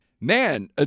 Man